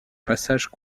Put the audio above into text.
passages